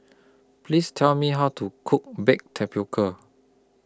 Please Tell Me How to Cook Baked Tapioca